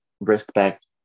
respect